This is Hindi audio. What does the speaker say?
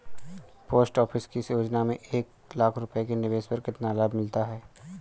पोस्ट ऑफिस की योजना में एक लाख रूपए के निवेश पर कितना लाभ मिलता है?